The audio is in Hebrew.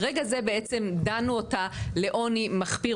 ברגע זה בעצם דנו אותה לעוני מחפיר,